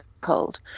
cold